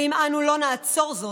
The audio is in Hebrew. אם אנו לא נעצור זאת,